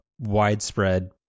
widespread